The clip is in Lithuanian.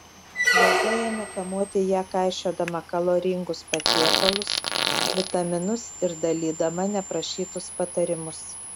liza ėmė kamuoti ją kaišiodama kaloringus patiekalus vitaminus ir dalydama neprašytus patarimus